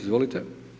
Izvolite.